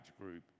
group